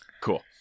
Cool